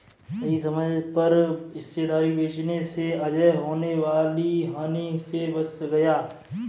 सही समय पर हिस्सेदारी बेचने से अजय होने वाली हानि से बच गया